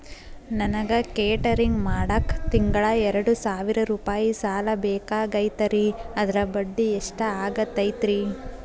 ನನಗ ಕೇಟರಿಂಗ್ ಮಾಡಾಕ್ ತಿಂಗಳಾ ಎರಡು ಸಾವಿರ ರೂಪಾಯಿ ಸಾಲ ಬೇಕಾಗೈತರಿ ಅದರ ಬಡ್ಡಿ ಎಷ್ಟ ಆಗತೈತ್ರಿ?